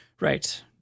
Right